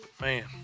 man